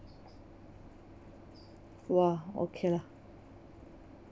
!wah! okay lah